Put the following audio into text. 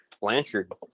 Blanchard